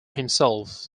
himself